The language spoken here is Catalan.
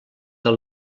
del